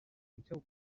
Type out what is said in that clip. until